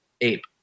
ape